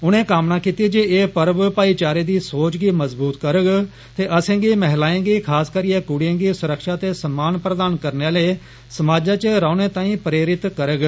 उनें कामना कीती जे ए पर्व भाईचारे दी सोच गी मज़बूत करोग ते असेंगी महिलाएं गी खास करियै कड़ियें गी सुरक्षा ते सम्मान प्रदान करने आले समाज च रौह्ने तांई प्रेरित करोग